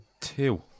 two